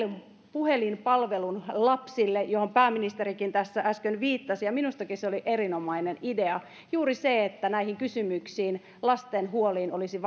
puhelinpalvelun lapsille johon pääministerikin tässä äsken viittasi ja minustakin se oli erinomainen idea juuri se että näihin kysymyksiin lasten huoliin olisi